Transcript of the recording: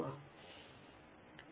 slide ಅನ್ನು ನೋಡಿ